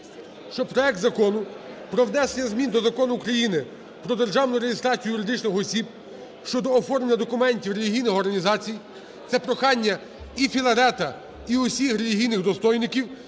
щоб проект Закону про внесення змін до Закону України "Про державну реєстрацію юридичних осіб (щодо оформлення документів релігійних організацій). Це прохання і Філарета і усіх релігійних достойників,